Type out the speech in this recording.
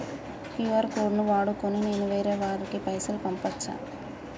QR code ను వాడుకొని నేను వేరే వారికి పైసలు పంపచ్చా?